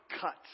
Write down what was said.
cut